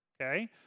Okay